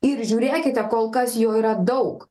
ir žiūrėkite kol kas jo yra daug